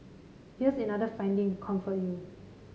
here's another finding to comfort you